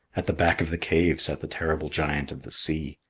at the back of the cave sat the terrible giant of the sea.